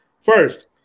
First